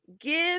give